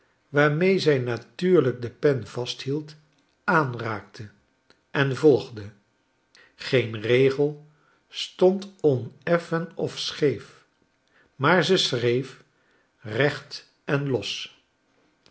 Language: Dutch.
waarmee zij natuurlijk de pen vasthield aanraakte en volgde g-een regel stond oneffen of scheef maar ze schreef recht en los